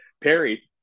Perry